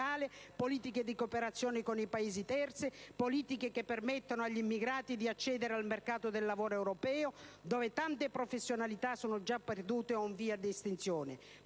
politiche di cooperazione con i Paesi terzi; politiche che permettono agli immigrati di accedere al mercato del lavoro europeo, dove tante professionalità sono già perdute o in via di estinzione;